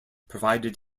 provided